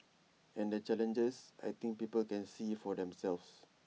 and the challenges I think people can see for themselves